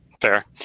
Fair